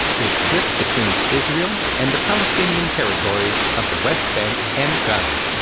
is split between israel and the palestinian territories of the west bank and gaza.